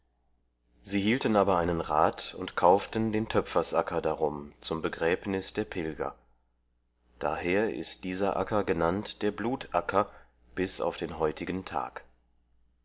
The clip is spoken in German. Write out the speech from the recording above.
sie hielten aber einen rat und kauften den töpfersacker darum zum begräbnis der pilger daher ist dieser acker genannt der blutacker bis auf den heutigen tag